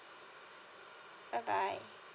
bye bye